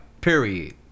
Period